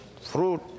fruit